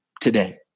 today